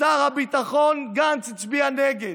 שר הביטחון גנץ הצביע נגד,